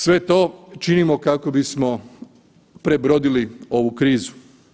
Sve to činimo kako bismo prebrodili ovu krizu.